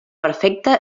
perfecte